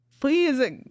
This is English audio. please